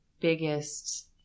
biggest